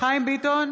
חיים ביטון,